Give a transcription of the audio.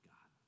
God